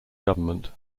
government